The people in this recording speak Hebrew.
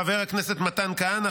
חבר הכנסת מתן כהנא,